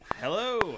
Hello